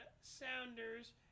Sounders